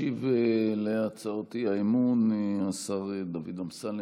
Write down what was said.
ישיב על הצעות האי-אמון השר דוד אמסלם.